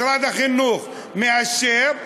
משרד החינוך מאשר,